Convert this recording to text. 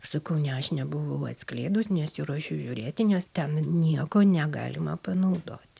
aš sakau ne aš nebuvau atskleidus nesiruošiu žiūrėti nes ten nieko negalima panaudot